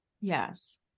yes